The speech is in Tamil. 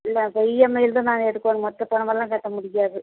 இல்லை இப்போ ஈஎம்ஐல தான் நாங்கள் எடுக்கணும் மொத்த பணமெல்லாம் கட்டமுடியாது